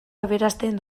aberasten